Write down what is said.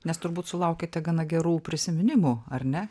nes turbūt sulaukiate gana gerų prisiminimų ar ne